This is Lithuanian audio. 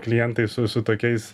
klientai su su tokiais